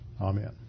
Amen